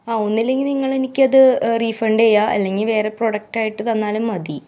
ആ ഒന്നില്ലെങ്കിൽ നിങ്ങൾ എനിക്കത് റീഫണ്ട് ചെയ്യുക അല്ലെങ്കിൽ വേറെ പ്രൊഡക്റ്റ് ആയിട്ട് തന്നാലും മതി